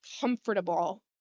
comfortable